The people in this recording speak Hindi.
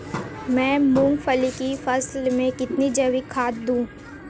मैं मूंगफली की फसल में कितनी जैविक खाद दूं?